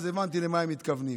הבנתי למה הם מתכוונים.